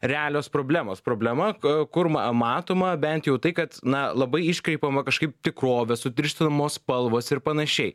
realios problemos problema ką kur man matoma bent jau tai kad na labai iškreipiama kažkaip tikrovė sutirštinamos spalvos ir panašiai